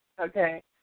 Okay